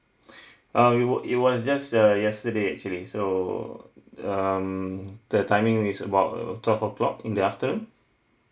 um it was it was just err yesterday actually so um the timing is about uh twelve o'clock in the afternoon